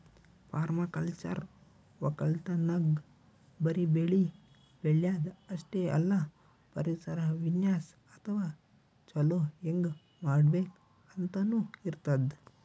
permaculture ವಕ್ಕಲತನ್ದಾಗ್ ಬರಿ ಬೆಳಿ ಬೆಳ್ಯಾದ್ ಅಷ್ಟೇ ಅಲ್ಲ ಪರಿಸರ ವಿನ್ಯಾಸ್ ಅಥವಾ ಛಲೋ ಹೆಂಗ್ ಮಾಡ್ಬೇಕ್ ಅಂತನೂ ಇರ್ತದ್